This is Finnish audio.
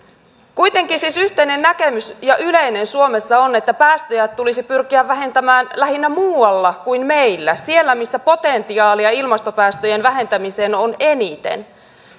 kuitenkin siis yhteinen ja yleinen näkemys suomessa on että päästöjä tulisi pyrkiä vähentämään lähinnä muualla kuin meillä siellä missä potentiaalia ilmastopäästöjen vähentämiseen on eniten